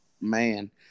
Man